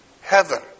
heaven